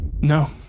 No